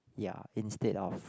ya instead of